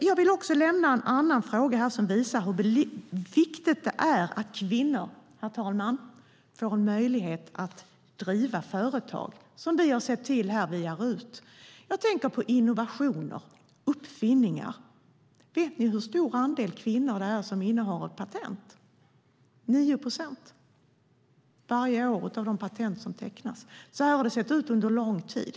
Jag vill också nämna en annan fråga, herr talman, som visar hur viktigt det är att kvinnor får möjlighet att driva företag - vilket vi har sett till via RUT. Jag tänker på innovationer, uppfinningar. Vet ni hur stor andel kvinnor det är som innehar ett patent? Det är 9 procent av de patent som tecknas varje år. Så har det sett ut under lång tid.